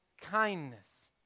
kindness